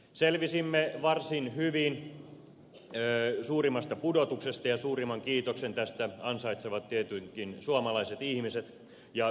selvisimme varsin hyvin suurimmasta pudotuksesta ja suurimman kiitoksen tästä ansaitsevat tietenkin suomalaiset ihmiset ja yritykset